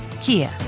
Kia